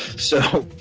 so